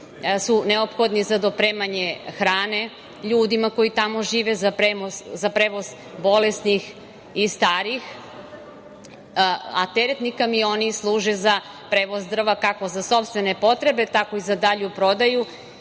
su neophodni za dopremanje hrane ljudima koji tamo žive, za prevoz bolesnih i starih, a teretni kamioni služe za prevoz drva, kako za sopstvene potrebe, tako za dalju prodaju,